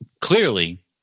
clearly